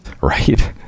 right